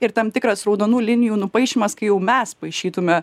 ir tam tikras raudonų linijų nupaišymas kai jau mes paišytume